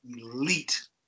elite